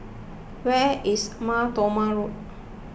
where is Mar Thoma Road